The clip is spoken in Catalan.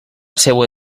seua